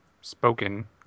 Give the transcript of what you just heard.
spoken